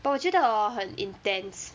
but 我觉得 hor 很 intense